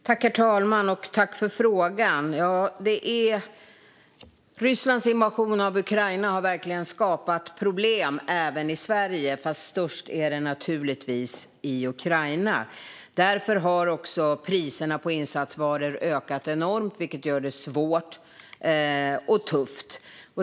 Herr talman! Rysslands invasion av Ukraina har verkligen skapat problem för Sverige, men värst är det givetvis i Ukraina. Priserna på insatsvaror har ökat enormt, vilket gör det svårt och tufft.